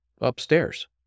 upstairs